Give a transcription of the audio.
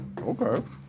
Okay